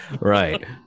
right